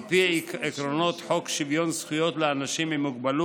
על פי עקרונות חוק שוויון זכויות לאנשים עם מוגבלות,